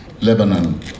Lebanon